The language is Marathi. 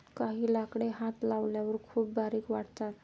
काही लाकडे हात लावल्यावर खूप बारीक वाटतात